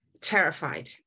terrified